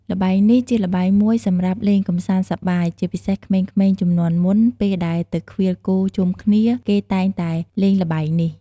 ល្បែងនេះជាល្បែងមួយសម្រាប់លេងកម្សាន្តសប្បាយ ជាពិសេសក្មេងៗជំនាន់មុនពេលដែលទៅឃ្វាលគោជុំគ្នា គេតែងតែលេងល្បែងនេះ។